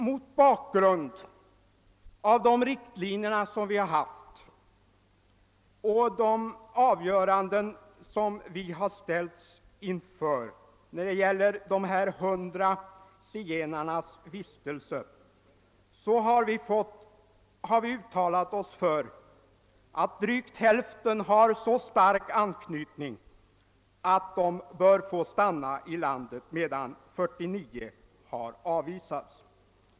Mot bakgrunden av de riktlinjer som vi har haft och de avgöranden som vi har ställts inför när det gäller dessa 100 zigenares vistelse har vi uttalat oss för att drygt hälften har så stark anknytning att de bör få stanna i landet, medan 49 har avvisats.